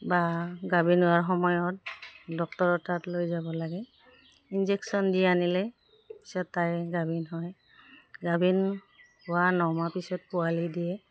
বা গাভিন হোৱাৰ সময়ত ডক্টৰৰ তাত লৈ যাব লাগে ইনজেকশ্যন দি আনিলে পিছত তাই গাভিন হয় গাভিন হোৱা ন মাহ পিছত পোৱালি দিয়ে